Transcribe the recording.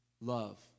Love